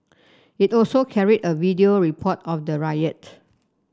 it also carry a video report of the riot